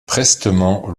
prestement